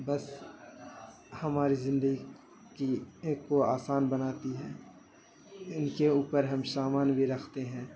بس ہماری زندگی کی ایک کو آسان بناتی ہے ان کے اوپر ہم سامان بھی رکھتے ہیں